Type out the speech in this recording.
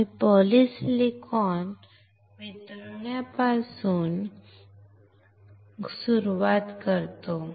आम्ही पॉलिसिलिकॉनवितळण्यापासून सुरुवात करतो